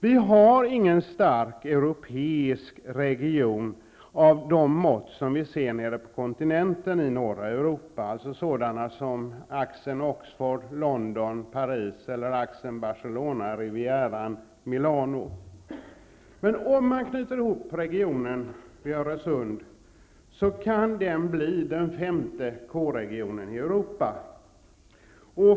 Vi har i norra Europa ingen stark europeisk region av de mått vi ser nere på kontinenten, dvs. sådana som axeln Oxford -- London -- Paris eller axeln Barcelona -- Rivieran -- Milano. Men om man knyter ihop regionen vid Öresund kan den bli den femte K-regionen i Europa.